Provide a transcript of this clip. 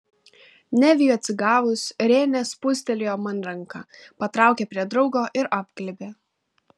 neviui atsigavus renė spustelėjo man ranką patraukė prie draugo ir apglėbė